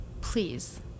please